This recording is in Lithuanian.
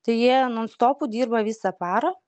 tai jie nonstopu dirba visą parą